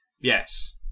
Yes